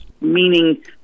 meaning